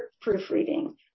proofreading